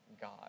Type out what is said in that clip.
God